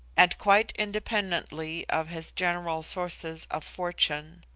and quite independently of his general sources of fortune.